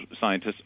scientists